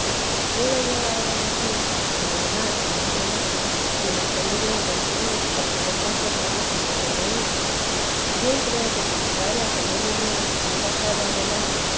quiero yo ahora decir en lo demás no me entrometo y en el peligro en que me vi por querer conformarme con lo que leía bien creo que quien llegare a tener unión y no pasare adelante